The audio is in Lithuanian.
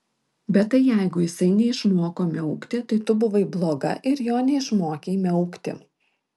bet tai jeigu jisai neišmoko miaukti tai tu buvai bloga ir jo neišmokei miaukti